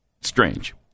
strange